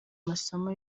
masomo